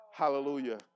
Hallelujah